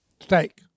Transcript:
Steak